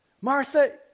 Martha